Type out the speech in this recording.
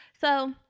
So-